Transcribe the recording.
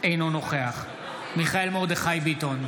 אינו נוכח מיכאל מרדכי ביטון,